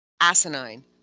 Asinine